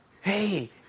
Hey